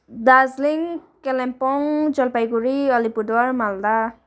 Darjeeling Kalimpong Jalpaiguri Alipurduar Malda